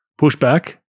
pushback